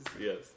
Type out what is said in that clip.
Yes